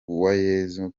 uwayezu